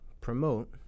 promote